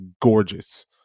gorgeous